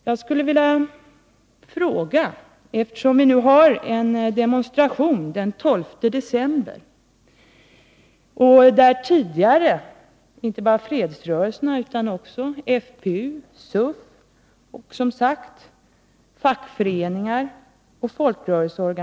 Den 12 december skall vi ha en fredsdemonstration, och några av parollerna är då ”Norden kärnvapenfri zon”, ”Stoppa neutronbomben”, ”Nej till kärnvapen i öst och väst” och ”Stoppa Europarobotarna”.